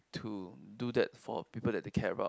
to do that for the people that they care about